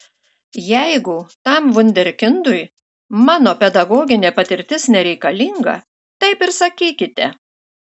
jeigu tam vunderkindui mano pedagoginė patirtis nereikalinga taip ir sakykite